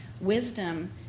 Wisdom